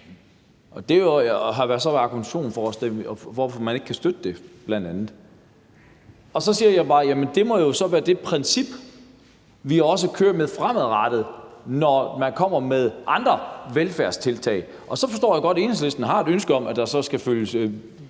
Det har bl.a. været argumentationen for, hvorfor man ikke kunne støtte det, og så siger jeg bare, at det må være det princip, vi også kører med fremadrettet, når man kommer med andre velfærdstiltag. Og så forstår jeg godt, at Enhedslisten har et ønske om, at der så skal følge